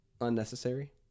unnecessary